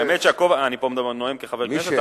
האמת שאני פה נואם כחבר כנסת,